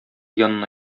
янына